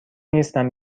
نیستم